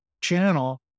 channel